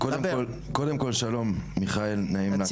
קודם כל שלום מיכאל נעים להכיר,